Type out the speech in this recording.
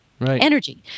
energy